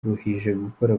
gukora